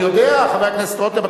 אני יודע, חבר הכנסת רותם.